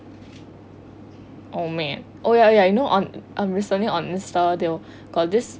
oh man oh ya ya I know I'm I'm recently on insta they'll got this